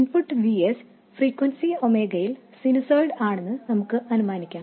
input V s omega ഫ്രീക്വൻസിയിൽ sinusoid ആണെന്ന് നമുക്ക് അനുമാനിക്കാം